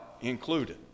included